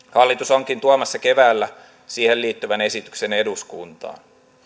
onkin tuomassa keväällä siihen liittyvän esityksen eduskuntaan